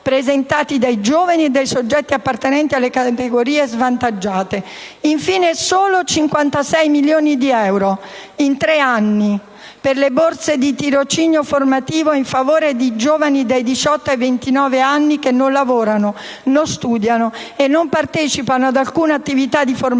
presentati dai giovani e dai soggetti appartenenti alle categorie svantaggiate. Infine, solo 56 milioni di euro in tre anni per le borse di tirocinio formativo in favore di giovani dai diciotto a ventinove anni che non lavorino, non studino e non partecipino ad alcuna attività di formazione,